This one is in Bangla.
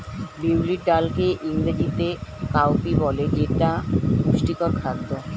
বিউলির ডালকে ইংরেজিতে কাউপি বলে যেটা পুষ্টিকর খাদ্য